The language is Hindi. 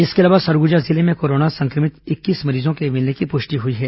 इसके अलावा सरगुजा जिले में कोरोना संक्रमित इक्कीस मरीजों के मिलने की पुष्टि हुई है